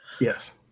Yes